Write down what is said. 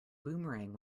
boomerang